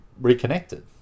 reconnected